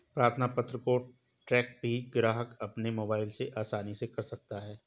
प्रार्थना पत्र को ट्रैक भी ग्राहक अपने मोबाइल से आसानी से कर सकता है